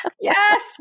yes